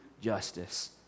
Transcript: justice